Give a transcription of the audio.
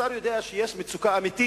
השר יודע שבמגזר הערבי יש מצוקה אמיתית